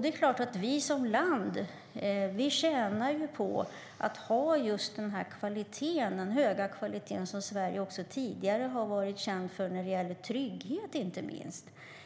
Det är klart att vi som land tjänar på att ha den höga kvalitet som Sverige tidigare har varit känt för när det gäller inte minst trygghet.